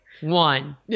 One